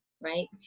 right